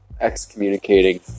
excommunicating